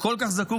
אנחנו יכולים.